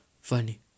funny